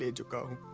ah to go